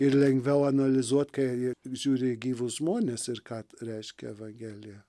ir lengviau analizuot kai žiūri į gyvus žmones ir ką reiškia evangelija